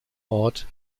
ort